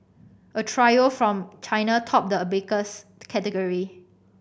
a trio from China topped the abacus category